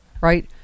right